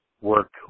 work